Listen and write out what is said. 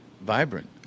vibrant